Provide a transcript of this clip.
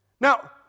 Now